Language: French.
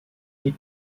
mais